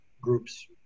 groups